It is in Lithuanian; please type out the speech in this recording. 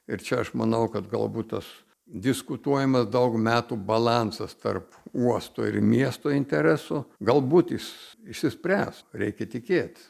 ir čia aš manau kad galbūt tas diskutuojamas daug metų balansas tarp uosto ir miesto interesų galbūt jis išsispręs reikia tikėtis